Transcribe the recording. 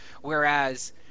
Whereas